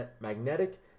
magnetic